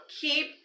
keep